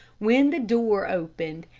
when the door opened,